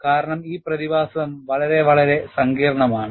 കാരണം ഈ പ്രതിഭാസം വളരെ സങ്കീർണമാണ്